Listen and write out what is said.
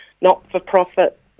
not-for-profit